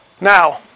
Now